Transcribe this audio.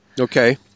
Okay